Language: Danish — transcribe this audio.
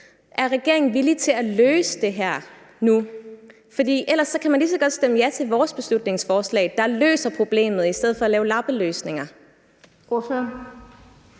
Er regeringen villig til at løse det her nu? For ellers kan man lige så godt stemme ja til vores beslutningsforslag, der løser problemet i stedet for at lave lappeløsninger.